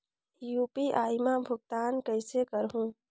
UPI मा भुगतान कइसे करहूं?